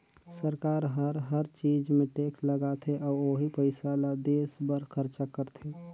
सरकार हर हर चीच मे टेक्स लगाथे अउ ओही पइसा ल देस बर खरचा करथे